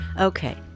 Okay